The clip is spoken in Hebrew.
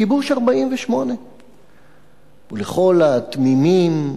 כיבוש 48'. ולכל התמימים,